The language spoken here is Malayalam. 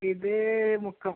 ഇത് മുക്കം